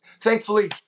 Thankfully